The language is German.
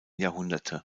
jahrhunderte